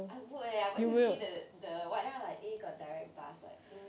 I would eh I want to see the the what then I'm like a got direct bus like